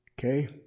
okay